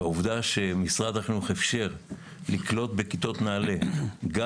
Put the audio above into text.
משרד החינוך אפשר לקלוט בכיתות נעל"ה גם